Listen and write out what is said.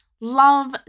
love